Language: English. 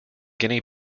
guinea